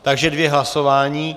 Takže dvě hlasování.